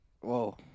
Whoa